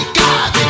god